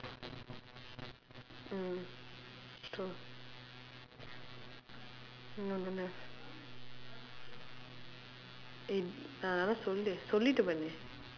mm true சொல்லு சொல்லிட்டு பண்ணு:sollu sollitdu pannu